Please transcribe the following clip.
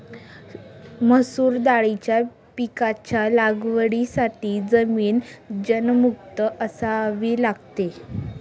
मसूर दाळीच्या पिकाच्या लागवडीसाठी जमीन तणमुक्त असावी लागते